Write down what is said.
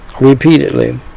repeatedly